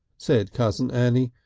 said cousin annie,